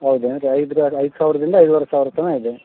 ಹೌದೇನ್ರಿ ಐದ್ರಾಗ ಐದು ಸಾವಿರದಿಂದ ಐದುವರೆ ಸಾವಿರ ತನಕ ಇದೆ